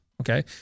okay